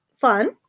Fun